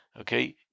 okay